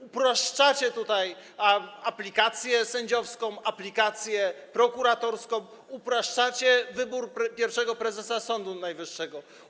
Upraszczacie tutaj aplikację sędziowską, aplikację prokuratorską, upraszczacie wybór pierwszego prezesa Sądu Najwyższego.